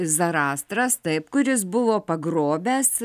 zarastras taip kuris buvo pagrobęs